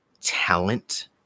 talent